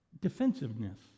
Defensiveness